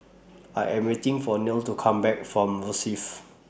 I Am waiting For Neil to Come Back from Rosyth